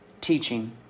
teaching